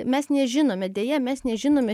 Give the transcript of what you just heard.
mes nežinome deja mes nežinome